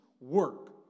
work